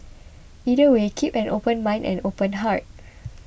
either way keep an open mind and open heart